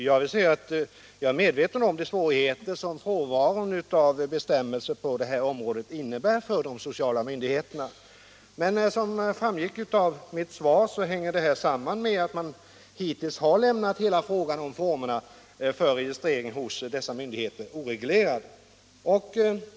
Herr talman! Jag är medveten om de svårigheter som frånvaron av bestämmelser på detta område innebär för de sociala myndigheterna. Det framgick av mitt svar att det hela hänger samman med att man hittills lämnat frågan om formen för registrering hos dessa myndigheter oreglerad.